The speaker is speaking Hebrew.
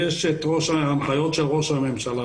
ויש ההנחיות של ראש הממשלה.